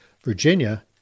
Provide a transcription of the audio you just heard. Virginia—